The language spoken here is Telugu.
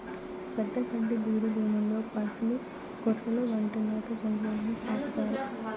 పెద్ద గడ్డి బీడు భూముల్లో పసులు, గొర్రెలు వంటి మేత జంతువులను సాకుతారు